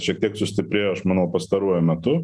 šiek tiek sustiprėjo aš manau pastaruoju metu